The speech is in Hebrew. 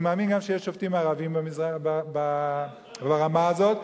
אני מאמין גם שיש שופטים ערבים ברמה הזאת,